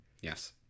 yes